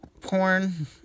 porn